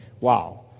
Wow